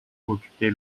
occupait